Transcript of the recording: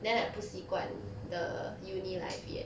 then I 不习惯 the uni life yet